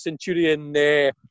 Centurion